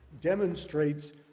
demonstrates